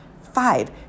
Five